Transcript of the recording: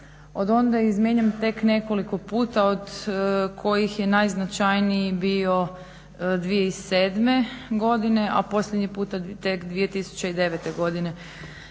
od onda je izmijenjen tek nekoliko puta od kojih je najznačajniji bio 2007.godine, a posljednji puta tek 2009.godine.